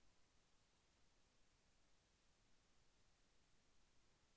సుకన్య సంవృధ్ది యోజన ఎన్ని సంవత్సరంలోపు బాలికలకు వస్తుంది?